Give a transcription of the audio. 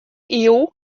iuw